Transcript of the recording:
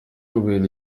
kureba